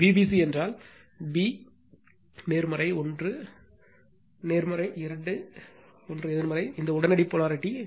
Vbc என்றால் b நேர்மறை 1 வது நேர்மறை 2வது ஒன்று எதிர்மறை இந்த உடனடி போலாரிட்டி